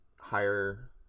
higher